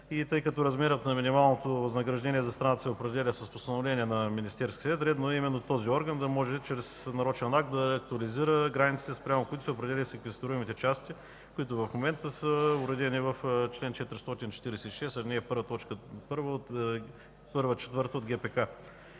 Тъй като размерът на минималното възнаграждение за страната се определя с постановление на Министерския съвет, редно е именно този орган да може чрез нарочен акт да актуализира границите, спрямо които се определят и секвестируемите части, които в момента са уредени в чл. 446, ал. 1, т. 1 – 4 от ГПК.